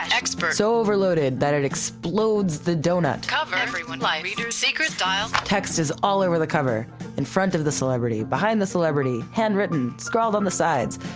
expert. so overloaded that it explodes the donut. cover, everyone, life, readers, secret, dial. text is all over the cover in front of the celebrity, behind the celebrity, handwritten, scroll them to sides,